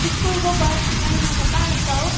स्कुलको बस महिनाको बाह्र सय